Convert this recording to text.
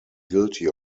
guilty